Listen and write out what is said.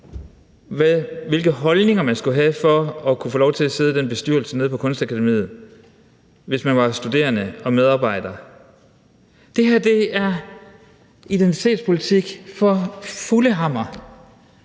hvilke holdninger man skulle have for at kunne få lov til at sidde i bestyrelsen på Kunstakademiet, hvis man var studerende og medarbejder. Det her er identitetspolitik for fuld hammer